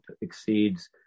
exceeds